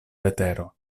vetero